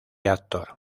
actor